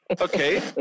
Okay